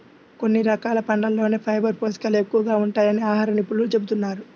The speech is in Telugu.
కొన్ని రకాల పండ్లల్లోనే ఫైబర్ పోషకాలు ఎక్కువగా ఉంటాయని ఆహార నిపుణులు చెబుతున్నారు